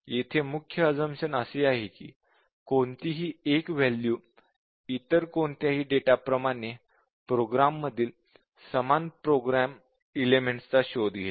येथे मुख्य अझम्पशन असे आहे की कोणतीही एक वॅल्यू इतर कोणत्याही डेटाप्रमाणे प्रोग्राम मधील समान प्रोगाम एलेमेंट्स चा शोध घेते